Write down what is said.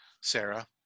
Sarah